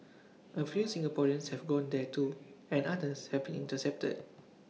A few Singaporeans have gone there too and others have been intercepted